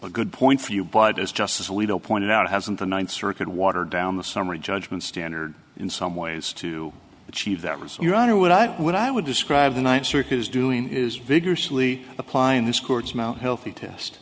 a good point for you but as justice alito pointed out hasn't the ninth circuit watered down the summary judgment standard in some ways to achieve that was your honor what i would i would describe the ninth circuit is doing is vigorously applying this court's mt healthy